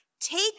Take